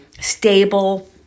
stable